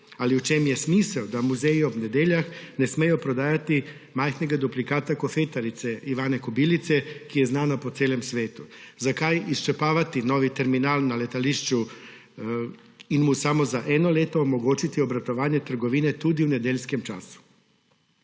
Ali v čem je smisel, da muzeji ob nedeljah ne smejo prodajati majhnega duplikata Kofetarice Ivane Kobilce, ki je znana po celem svetu. Zakaj izčrpavati nov terminal na letališču in mu samo za eno leto omogočiti obratovanje trgovine tudi v nedeljskem času?